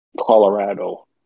Colorado